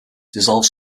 dissolved